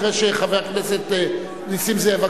אחרי שחבר הכנסת נסים זאב,